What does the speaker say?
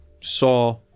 saw